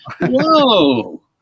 Whoa